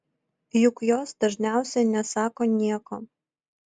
juk jos dažniausiai nesako nieko